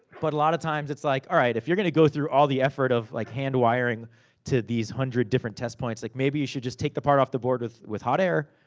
but, a lot of times, it's like, alright if you're gonna go through all the effort of like hand wiring to these hundred different test points, like maybe you should just take the part off the board with with hot air,